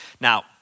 Now